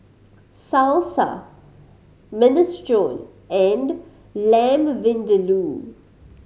Salsa Minestrone and Lamb Vindaloo